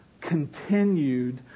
continued